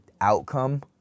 outcome